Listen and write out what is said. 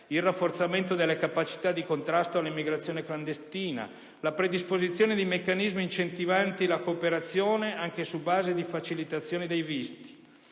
il rafforzamento della capacità di contrasto all'immigrazione clandestina; la predisposizione di meccanismi incentivanti la cooperazione anche su base di facilitazione dei visti.